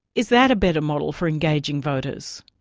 is that a better model for engaging voters?